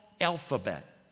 alphabet